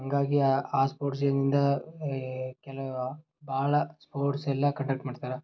ಹಾಗಾಗಿ ಆ ಆ ಸ್ಪೋರ್ಟ್ಸ್ ಡೇನಿಂದ ಕೆಲವು ಭಾಳ ಸ್ಪೋರ್ಟ್ಸೆಲ್ಲ ಕಂಡಕ್ಟ್ ಮಾಡ್ತಾರೆ